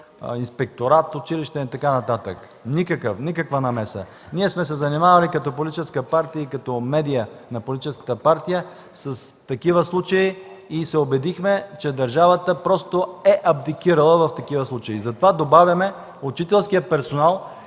инспекторат и така нататък. Никаква намеса! Ние сме се занимавали като политическа партия и като медия на политическата партия с такива случаи и се убедихме, че държавата просто е абдикирала в такива случаи. Затова добавяме учителския персонал